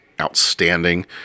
outstanding